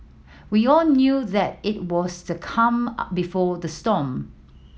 we all knew that it was the calm before the storm